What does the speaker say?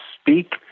speak